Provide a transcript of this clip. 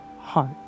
heart